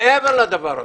מעבר לדבר הזה,